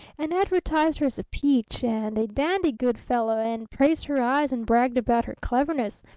and advertised her as a peach, and a dandy good fellow and praised her eyes, and bragged about her cleverness,